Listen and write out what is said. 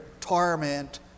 torment